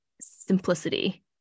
simplicity